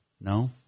No